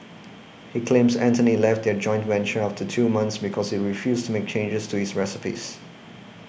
he claims Anthony left their joint venture after two months because he refused to make changes to his recipes